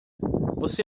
você